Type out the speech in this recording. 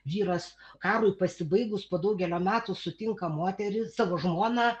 vyras karui pasibaigus po daugelio metų sutinka moterį savo žmoną